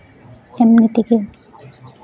ᱮᱢᱱᱤ ᱛᱮᱜᱮ